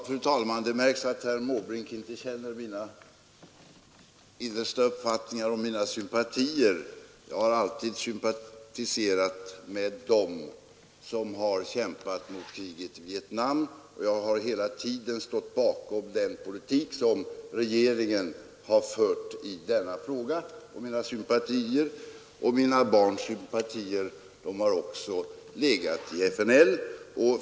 Fru talman! Det märks att herr Måbrink inte känner mina innersta uppfattningar och mina sympatier. Jag har alltid sympatiserat med dem som har kämpat mot kriget i Vietnam, och jag har hela tiden stått bakom den politik som regeringen har fört i denna fråga. Mina sympatier och mina barns sympatier har också legat hos FNL.